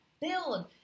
build